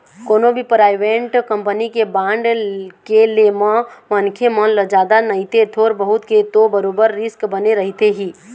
कोनो भी private company के बांड के ले म मनखे मन ल जादा नइते थोर बहुत के तो बरोबर रिस्क बने रहिथे ही